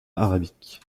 arabique